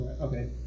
Okay